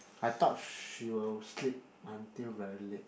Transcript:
I thought she will sleep until very late